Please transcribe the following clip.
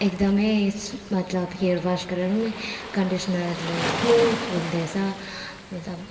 एकदमै मतलब hair wash गरेर नै कन्डिसनरले स्मुथ हुँदैछ मतलब